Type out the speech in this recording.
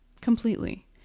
completely